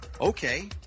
okay